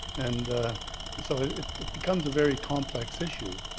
and so it becomes a very complex issue.